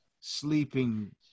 sleeping